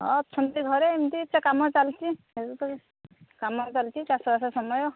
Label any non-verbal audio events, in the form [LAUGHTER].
ହଁ ଅଛନ୍ତି ଘରେ ଏମିତି କାମ ଚାଲିଛି [UNINTELLIGIBLE] କାମ ଚାଲିଛି ଚାଷବାସ ସମୟ